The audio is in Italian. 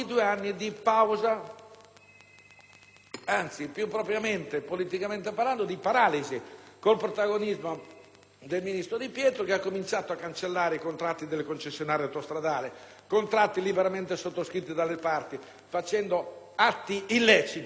in termini politici, sono stati anni di paralisi dovuti al protagonismo del ministro Di Pietro, che ha cominciato a cancellare i contratti delle concessionarie autostradali (contratti liberamente sottoscritti dalle parti), compiendo atti illeciti che l'Unione europea ha censurato